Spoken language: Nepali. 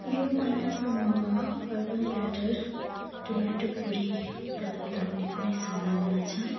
यो महिनासम्ममा अर्बन प्ल्याटर टोम्याटो प्युरी उपलब्ध हुने कुनै सम्भावना छ